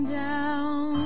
down